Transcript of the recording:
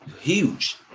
Huge